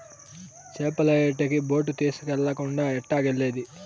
చేపల యాటకి బోటు తీస్కెళ్ళకుండా ఎట్టాగెల్లేది